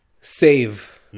Save